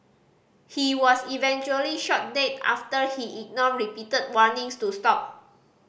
he was eventually shot dead after he ignored repeated warnings to stop